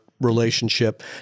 relationship